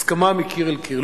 הסכמה מקיר אל קיר.